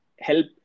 help